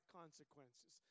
consequences